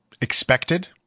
Expected